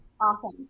Awesome